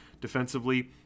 defensively